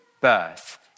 birth